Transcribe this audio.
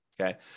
okay